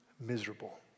miserable